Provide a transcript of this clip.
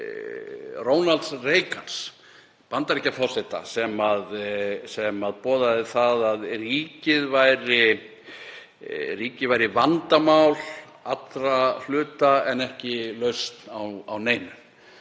Ronalds Reagans Bandaríkjaforseta sem boðaði að ríkið væri vandamál allra hluta en ekki lausn á neinum.